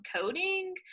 coding